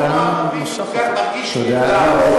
הציבור הערבי מרגיש מודר?